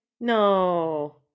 No